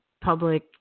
Public